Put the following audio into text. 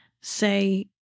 say